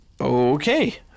Okay